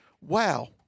Wow